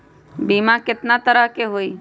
बीमा केतना तरह के होइ?